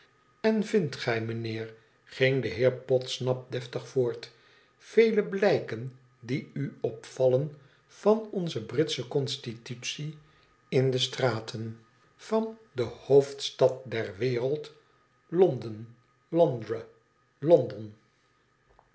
bn vindt gij mijnheer ging de heer podsnap deftig voort vele blijken die u opvallen van onze britsche constitutie in de straten van de hoofdstad der wereld lfonden londres london